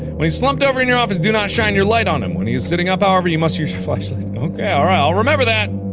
when he is slumped over in your office do not shine your light on him. when he is sitting up however, you must use your flashlight. ok, alright, i'll remember that.